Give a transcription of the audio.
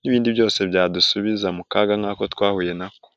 n'ibindi byose byadusubiza mu kaga nk'ako twahuye nako.